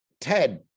Ted